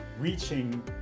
reaching